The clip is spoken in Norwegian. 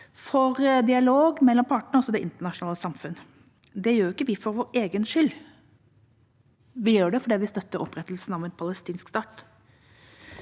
for dialog mellom partene og også det internasjonale samfunn. Det gjør vi ikke for vår egen skyld. Vi gjør det fordi vi støtter opprettelsen av en palestinsk stat,